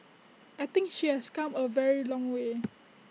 I think she has come A very long way